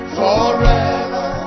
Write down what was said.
forever